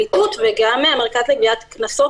נתוני המרכז לגביית קנסות